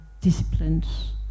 disciplines